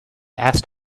asked